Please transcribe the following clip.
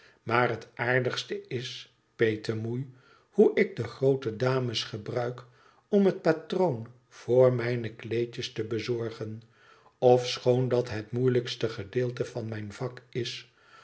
maar het aardigste is petemoei hoe ik de groote dames gebruik om het patroon voor mijne kleedjes te bezorgen ofschoon dat het moeilijkst gedeelte van mijn vak is